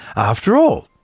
after all,